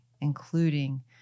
including